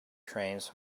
trains